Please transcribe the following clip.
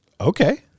okay